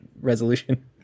resolution